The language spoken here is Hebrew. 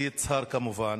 מיצהר, כמובן,